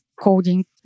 coding